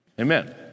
Amen